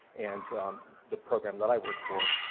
and the program that i work for,